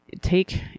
take